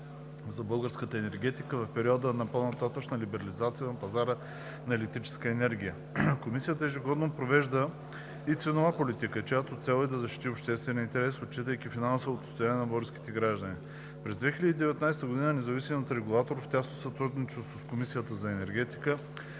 за българската енергетика в периода на по нататъшна либерализация на пазара на електрическа енергия. Комисията ежегодно провежда и ценова политика, чиято цел е да защити обществения интерес, отчитайки финансовото състояние на българските граждани. През 2019 г. независимият регулатор, в тясно сътрудничество с Комисията по енергетика,